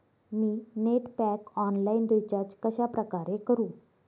मी net pack online recharge कशाप्रकारे करु?